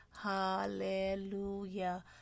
hallelujah